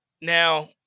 Now